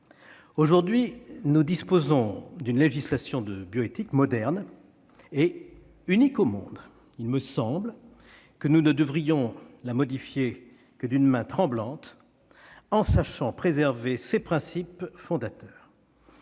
Aujourd'hui, nous disposons d'une législation de bioéthique moderne et unique au monde. Il me semble que nous ne devrions la modifier que d'une main tremblante, en sachant préserver ses principes fondateurs.